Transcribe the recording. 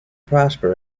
prosper